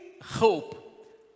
hope